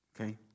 okay